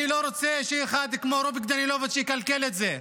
אני לא רוצה שאחד כמו רוביק דנילוביץ' יקלקל את זה,